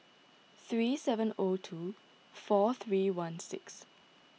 three seven zero two four three one six